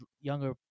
younger